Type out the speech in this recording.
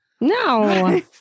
No